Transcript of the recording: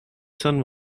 sun